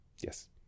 Yes